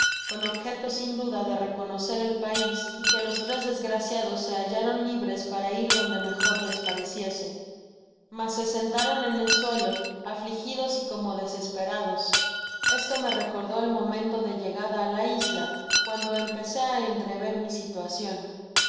con objeto sin duda de reconocer el pais y que los tres desgraciados se hallaron libres para ir donde mejor les pareciese mas se sentaron en el suelo afligidos y como desesperados esto me recordó el momento de mi llegada á la isla cuando empecé á entrever mi situacion